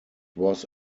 was